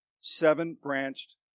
seven-branched